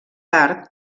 tard